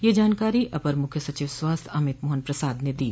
यह जानकारी अपर मुख्य सचिव स्वास्थ्य अमित मोहन प्रसाद ने दी